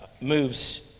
moves